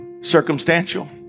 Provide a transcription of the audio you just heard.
Circumstantial